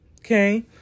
okay